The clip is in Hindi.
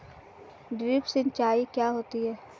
ड्रिप सिंचाई क्या होती हैं?